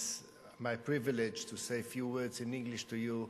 it's my privilege to say a few words in English to you.